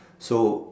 so